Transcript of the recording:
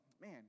man